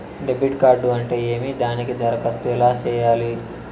debit card అంటే ఏమి దానికి దరఖాస్తు ఎలా సేయాలి